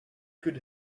good